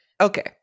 Okay